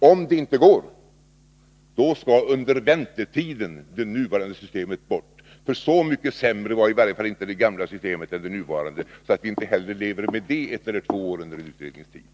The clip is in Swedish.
Om det inte går, skall under väntetiden det nuvarande systemet bort, för så mycket sämre var i varje fall inte det gamla systemet än det nuvarande att vi inte hellre lever med det ett eller två år under utredningstiden.